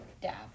dab